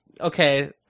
Okay